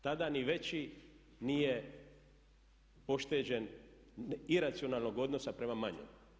Tada ni veći nije pošteđen iracionalnog odnosa prema manjem.